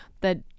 that-